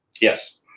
Yes